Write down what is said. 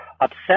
upset